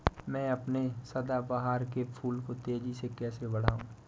मैं अपने सदाबहार के फूल को तेजी से कैसे बढाऊं?